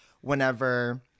whenever